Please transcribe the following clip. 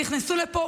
נכנסו לפה